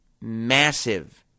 massive